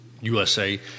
usa